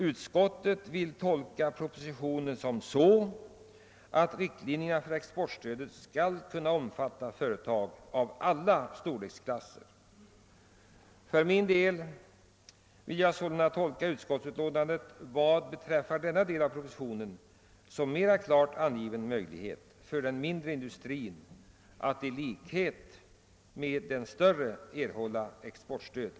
Utskottet vill tolka propositionen så att riktlinjerna för exportstödet skall kunna omfatta företag av alla storleksklasser. För min del vill jag tyda utskottsutlåtandet rörande denna del av propositionen på det sättet att utskottet mera klart angivit möjligheterna för den mindre industrin att i likhet med den större erhålla exportstöd.